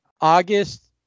August